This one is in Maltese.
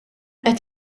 qed